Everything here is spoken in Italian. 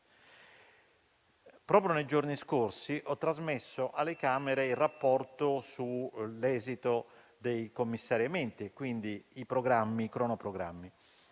Nei giorni scorsi ho trasmesso alle Camere il rapporto sull'esito dei commissariamenti e quindi i cronoprogrammi